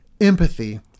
empathy